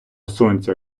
сонця